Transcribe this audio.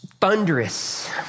thunderous